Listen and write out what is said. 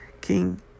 king